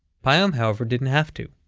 payam, however, didn't have to.